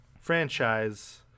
franchise